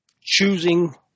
choosing